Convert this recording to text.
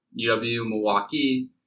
UW-Milwaukee